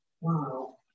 wow